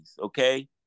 okay